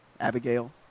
Abigail